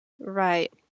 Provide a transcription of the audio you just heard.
Right